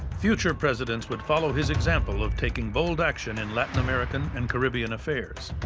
future presidents would follow his example of taking bold action in latin american and caribbean affairs,